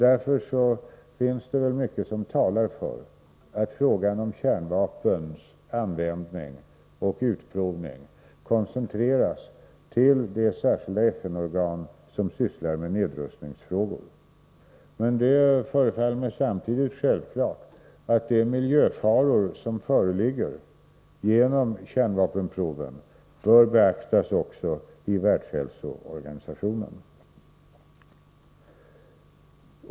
Därför talar mycket för att frågan om kärnvapens användning och utprovning Nr 156 koncentreras till det särskilda FN-organ som sysslar med nedrustningsfrågor. Måndaj Men det förefaller mig samtidigt självklart att de miljöfaror som föreligger till 28 maj a följd av kärnvapenproven bör beaktas också i Världshälsoorganisationen.